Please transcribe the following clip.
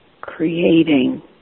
creating